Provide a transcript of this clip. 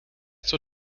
zur